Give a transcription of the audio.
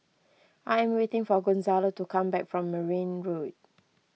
I am waiting for Gonzalo to come back from Merryn Road